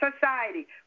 society